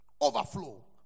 Overflow